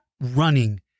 running